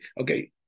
Okay